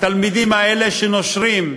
התלמידים האלה שנושרים,